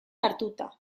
hartuta